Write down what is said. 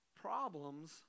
problems